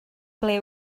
ble